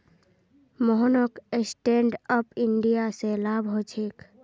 मोहनक stand up India स लाभ ह छेक